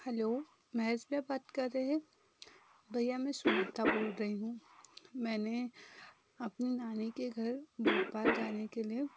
hello Mahesh भईया बात कर रहे हैं भईया मैं सुनीता बोल रही हूँ मैंने अपनी नानी के घर भोपाल जाने के लिए